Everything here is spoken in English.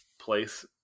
place